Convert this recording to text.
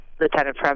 lieutenant